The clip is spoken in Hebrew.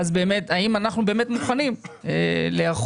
ואז האם אנחנו באמת מוכנים להיערכות